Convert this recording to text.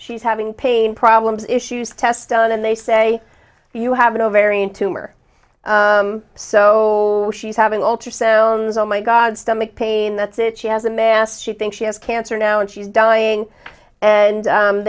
she's having pain problems issues tests done and they say you have an ovarian tumor so she's having ultrasounds oh my god stomach pain that's it she has a mass she thinks she has cancer now and she's dying and